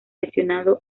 lesionado